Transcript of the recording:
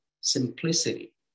simplicity